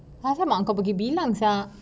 sebab apa mak engkau pergi bilang sia